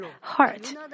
heart